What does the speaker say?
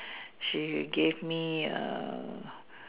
she gave me A